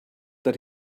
that